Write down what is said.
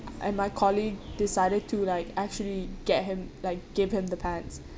and my colleague decided to like actually get him like give him the pants